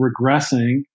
regressing